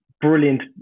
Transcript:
brilliant